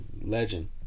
legend